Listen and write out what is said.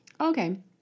okay